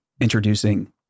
introducing